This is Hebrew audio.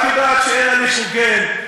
את יודעת שאין הליך הוגן?